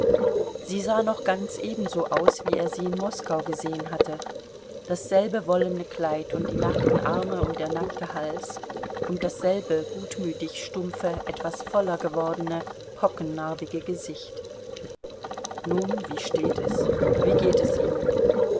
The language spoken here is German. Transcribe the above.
sie sah noch ganz ebenso aus wie er sie in moskau gesehen hatte dasselbe wollene kleid und die nackten arme und der nackte hals und dasselbe gutmütig stumpfe etwas voller gewordene pockennarbige gesicht nun wie steht es wie geht es ihm